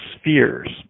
spheres